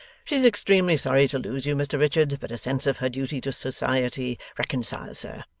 she's extremely sorry to lose you, mr richard, but a sense of her duty to society reconciles her.